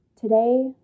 Today